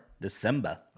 December